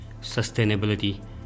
sustainability